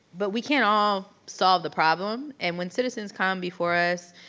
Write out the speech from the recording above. but we can't all solve the problem, and when citizens come before us,